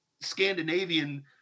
Scandinavian